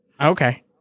Okay